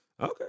Okay